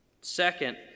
Second